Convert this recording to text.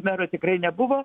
meru tikrai nebuvo